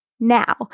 Now